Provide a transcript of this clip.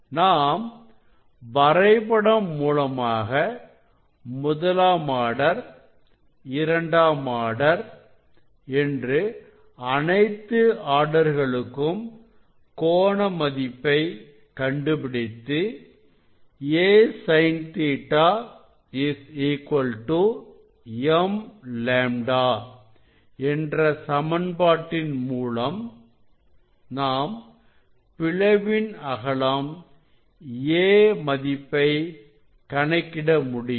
நாம் வரைபடம் மூலமாக முதலாம் ஆர்டர் இரண்டாம் ஆர்டர் இன்று அனைத்து ஆர்டர்களுக்கும் கோண மதிப்பை கண்டுபிடித்து a sin Ɵ m λ என்ற சமன்பாட்டின் மூலமாக நாம் பிளவின் அகலம் a மதிப்பை கணக்கிட முடியும்